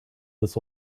this